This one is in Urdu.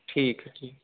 ٹھیک ہے ٹھیک